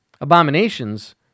abominations